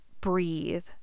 breathe